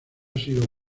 sido